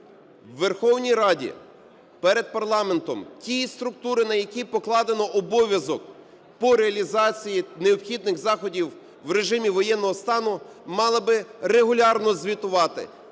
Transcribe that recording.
У Верховній Раді перед парламентом ті структури, на які покладено обов'язок по реалізації необхідних заходів в режимі воєнного стану, мали би регулярно звітувати